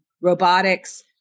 robotics